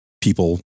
people